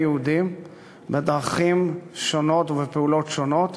יהודים בדרכים שונות ובפעולות שונות,